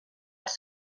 els